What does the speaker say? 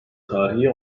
tarihi